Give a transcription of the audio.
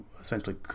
essentially